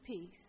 peace